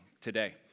today